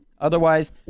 Otherwise